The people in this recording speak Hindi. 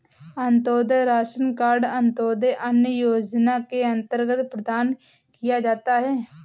अंतोदय राशन कार्ड अंत्योदय अन्न योजना के अंतर्गत प्रदान किया जाता है